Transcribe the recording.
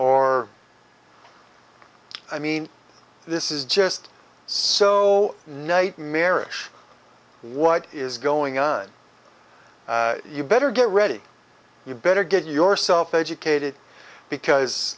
or i mean this is just so nightmarish what is going on you better get ready you better get yourself educated because